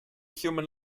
human